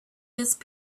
just